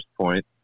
Point